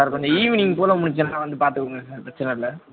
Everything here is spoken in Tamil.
சார் கொஞ்சம் ஈவினிங் போல் முடிஞ்சிதுன்னா வந்து பார்த்து கொடுங்க சார் பிரச்சனைல்ல